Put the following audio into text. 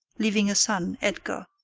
leaving a son, edgar.